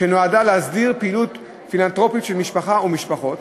שנועדה להסדיר פעילות פילנתרופית של משפחה או משפחות,